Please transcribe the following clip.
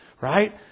right